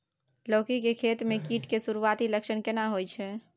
लौकी के खेती मे कीट के सुरूआती लक्षण केना होय छै?